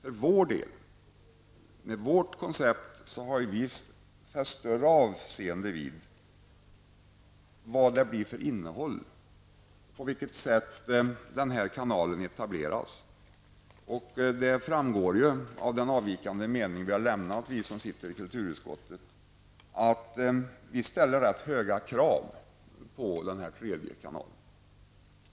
Vi har med vårt koncept fäst större avseende vid innehållet, vid på vilket sätt kanalen etableras. Av den avvikande mening vi som sitter i kulturutskottet har lämnat framgår att vi ställer rätt höga krav på den tredje kanalen.